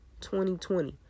2020